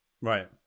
right